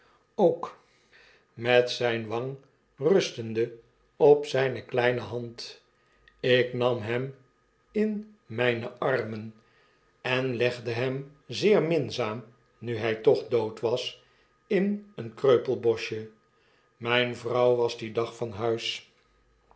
ook v met zijn wang rustende op zjjne kleine hand ik nam hem in mijne armen en legde hpm zeer minzaam nu hjj toch dooaas in een kreupelboschje myne vrouw was dien dag van huis